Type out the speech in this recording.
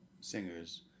singers